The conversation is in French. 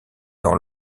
dans